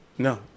No